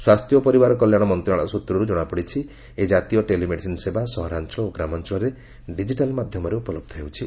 ସ୍ୱାସ୍ଥ୍ୟ ଓ ପରିବାର କଲ୍ୟାଣ ମନ୍ତ୍ରଣାଳୟ ସୂତ୍ରରୁ ଜଣାପଡ଼ିଛି ଏହି ଜାତୀୟ ଟେଲିମେଡିସିନ ସେବା ସହରାଞ୍ଚଳ ଓ ଗ୍ରାମାଞ୍ଚଳରେ ଡିଜିଟାଲ ମାଧ୍ୟମରେ ଉପଲହ୍ର ହେଉଛି